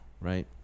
right